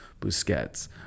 Busquets